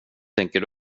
tänker